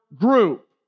group